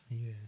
Yes